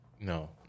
No